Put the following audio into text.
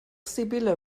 sibylle